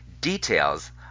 Details